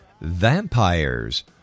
vampires